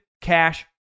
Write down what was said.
Cash